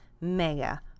mega